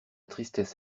tristesse